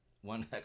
One